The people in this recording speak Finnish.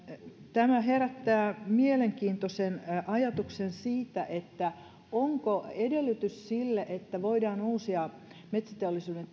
tämä herättää mielenkiintoisen ajatuksen siitä onko edellytys sille että voidaan uusia metsäteollisuuden